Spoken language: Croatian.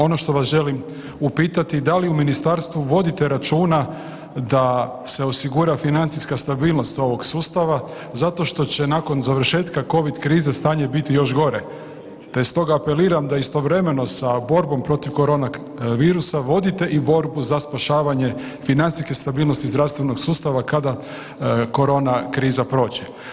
Ono što vas želim upitati, da li u ministarstvu vodite računa da se osigura financijska stabilnost ovog sustava, zato što će nakon završetka kovid krize stanje biti još gore te stoga apeliram da istovremeno sa borbom protiv korona virusa vodite i borbu za spašavanje financijske stabilnosti zdravstvenog sustava kada korona kriza prođe.